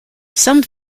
some